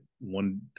one